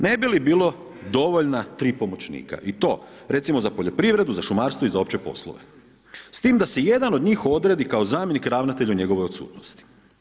Ne bi li bila dovoljna tri pomoćnika i to recimo za poljoprivredu, šumarstvo i za opće poslove, s tim da se jedan od njih odredi kao zamjenik ravnatelja u njegovoj odsutnosti?